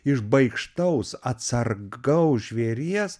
iš baikštaus atsargaus žvėries